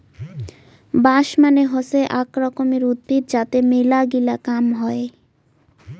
বাঁশ মানে হসে আক রকমের উদ্ভিদ যাতে মেলাগিলা কাম হই